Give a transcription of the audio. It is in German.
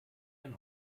ein